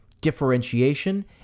differentiation